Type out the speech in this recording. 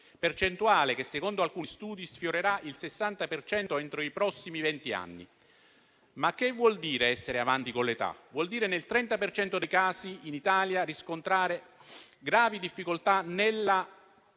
percentuale che, secondo alcuni studi, sfiorerà il 60 per cento entro i prossimi vent'anni. Che vuol dire essere avanti con l'età? Vuol dire, nel 30 per cento dei casi in Italia, riscontrare gravi difficoltà nelle